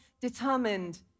determined